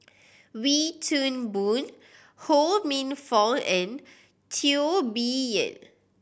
Wee Toon Boon Ho Minfong and Teo Bee Yen